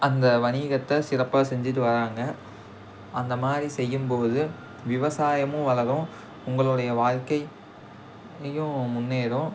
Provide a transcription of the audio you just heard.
அந்த வணிகத்தை சிறப்பாக செஞ்சிட்டு வராங்க அந்த மாதிரி செய்யும் போது விவசாயமும் வளரும் உங்களுடைய வாழ்க்கையும் முன்னேறும்